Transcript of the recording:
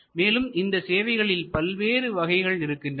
மேலும் இந்த சேவைகளில் பல்வேறு வகைகள் இருக்கின்றன